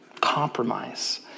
compromise